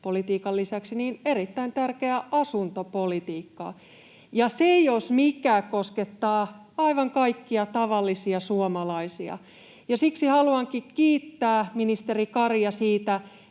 ympäristöpolitiikan lisäksi erittäin tärkeää asuntopolitiikkaa. Ja se, jos mikä, koskettaa aivan kaikkia tavallisia suomalaisia, ja siksi haluankin kiittää ministeri Karia siitä,